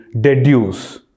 deduce